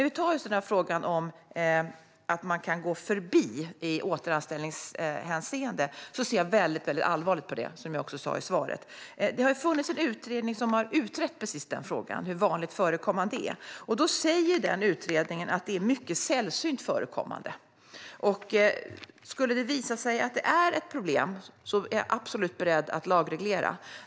Vi kan ta frågan om att man kan gå förbi i återanställningshänseende, och jag ser mycket allvarligt på det, som jag också sa i svaret. En utredning har tittat på frågan om hur vanligt förekommande det här är. Den utredningen visar att det är mycket sällsynt förekommande. Skulle det visa sig att det är ett problem är jag absolut beredd att lagreglera.